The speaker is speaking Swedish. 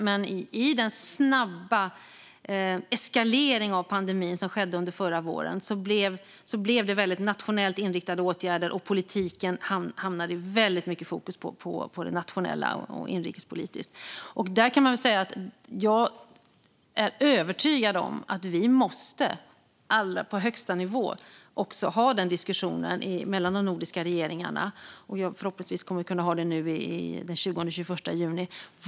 Men i den snabba eskalering av pandemin som skedde under förra våren blev det väldigt nationellt inriktade åtgärder, och politikens fokus hamnade väldigt mycket på det nationella och på det inrikespolitiska. Jag är övertygad om att vi måste diskutera på högsta nivå mellan de nordiska regeringarna vad vi från politiskt håll nu har att ta ansvar för. Förhoppningsvis kommer vi att kunna ha den diskussionen den 20-21 juni.